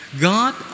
God